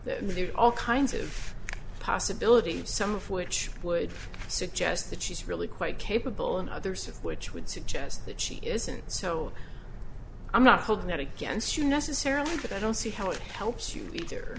made all kinds of possibilities some of which would suggest that she's really quite capable and others of which would suggest that she isn't so i'm not holding that against you necessarily but i don't see how it helps you either